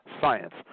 science